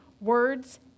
Words